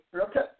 Okay